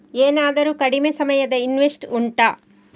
ಏನಾದರೂ ಕಡಿಮೆ ಸಮಯದ ಇನ್ವೆಸ್ಟ್ ಉಂಟಾ